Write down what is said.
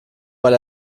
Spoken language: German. weil